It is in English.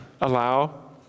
allow